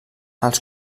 els